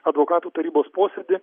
advokatų tarybos posėdį